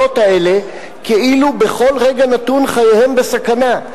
האלה כאילו בכל רגע נתון חייהם בסכנה,